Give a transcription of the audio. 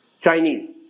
Chinese